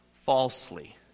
falsely